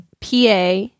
PA